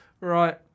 Right